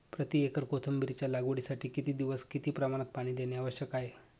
प्रति एकर कोथिंबिरीच्या लागवडीसाठी किती दिवस किती प्रमाणात पाणी देणे आवश्यक आहे?